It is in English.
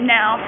Now